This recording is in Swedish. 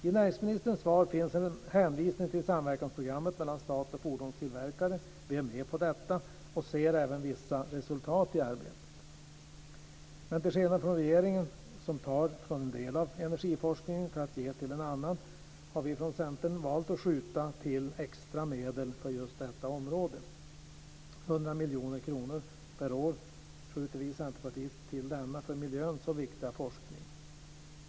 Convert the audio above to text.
I näringsministerns svar finns en hänvisning till Samverkansprogrammet mellan staten och fordonstillverkarna. Vi är med på detta, och vi ser även vissa resultat i arbetet. Men till skillnad från regeringen som tar från en del av energiforskningen för att ge till en annan, har vi från Centern valt att skjuta till extra medel för just detta område. Vi i Centerpartiet skjuter till 100 miljoner kronor per år till denna för miljön så viktiga forskning.